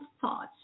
thoughts